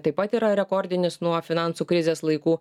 taip pat yra rekordinis nuo finansų krizės laikų